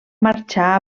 marxar